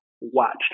watched